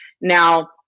Now